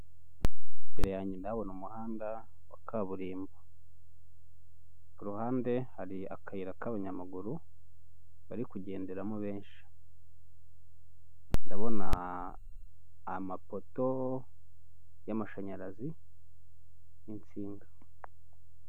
Imbere yanjye ndahabona umuhanda wa kaburimbo. Ku ruhande hari akayira k'abanyamaguru, bari kugenderamo benshi. Ndabona amapoto y'amashanyarazi, n'insinga.